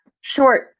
short